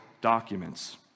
documents